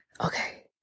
okay